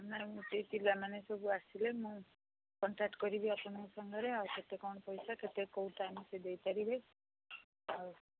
ନାଇଁ ମୁଁ ଟିକେ ପିଲାମାନେ ସବୁ ଆସିଲେ ମୁଁ କଣ୍ଟାକ୍ଟ କରିବି ଆପଣଙ୍କ ସାଙ୍ଗରେ ଆଉ କେତେ କ'ଣ ପଇସା କେତେ କେଉଁ ଟାଇମ୍ ସେ ଦେଇପାରିବେ ଆଉ